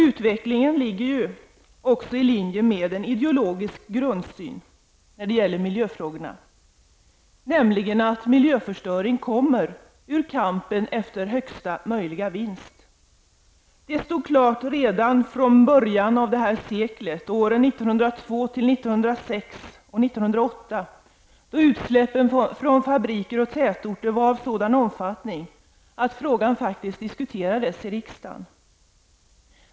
Utvecklingen är också i linje med en ideologisk grundsyn när det gäller miljöfrågorna, nämligen att miljöförstöring kommer ur kampen efter högsta möjliga vinst. Det stod klart redan i början av det här seklet -- från åren 1902--1906 och 1908, då utsläppen från fabriker och tätorter var av sådan omfattning att frågan faktiskt diskuterades i riksdagen.